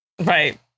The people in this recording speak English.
right